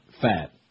Fat